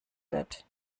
wird